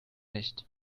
nicht